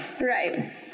Right